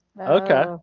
Okay